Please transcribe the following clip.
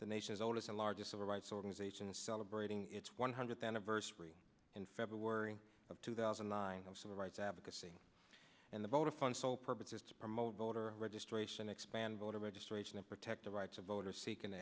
the nation's oldest and largest civil rights organization is celebrating its one hundredth anniversary in february of two thousand lines of civil rights advocacy and the vodaphone sole purpose is to promote voter registration expand voter registration and protect the rights of voters seeking t